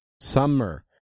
summer